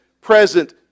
present